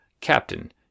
Captain